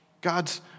God's